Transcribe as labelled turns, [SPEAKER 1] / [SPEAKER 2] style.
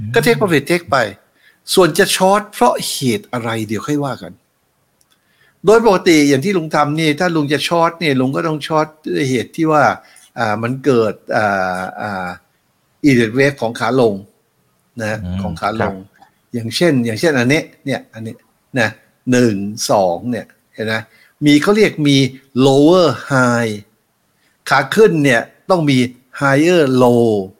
[SPEAKER 1] ก็ take profit take ไป ส่วนจะ short เพราะเหตุอะไรเดี๋ยวค่อยว่ากัน โดยปกติอย่างที่ลุงทำนี่ ถ้าลุงจะ short เนี่ย ลุงก็ต้อง short ด้วยเหตุที่ว่า อ่า มันเกิด อ่า อ่า Elliott wave ของขาลงนะ ของขาลง
[SPEAKER 2] อืม ครับ
[SPEAKER 1] อย่างเช่น อย่างเช่นอันนี้เนี่ย อันนี้นะ หนึ่ง สอง เนี่ย เห็นไหม มีเขาเรียกมี lower high ขาขึ้นเนี่ยต้องมี higher low